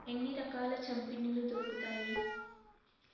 ఎన్ని రకాల చంపిన్నులు దొరుకుతాయి